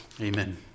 Amen